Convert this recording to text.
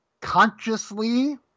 consciously